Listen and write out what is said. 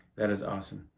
that is awesome.